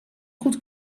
goed